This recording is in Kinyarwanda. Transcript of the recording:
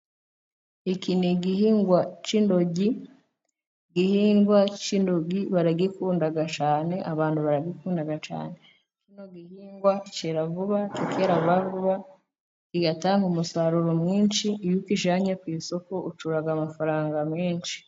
Iki ni igihingwa cy'intoryi, igihingwa cy'intoryi baragikunda cyane abantu barabikunda cyane, kino gihingwa cyera vuba kikera vuba vuba kigatanga umusaruro mwinshi. iyo ukijyanye ku isoko ucyura amafaranga menshi.